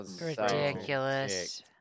ridiculous